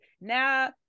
now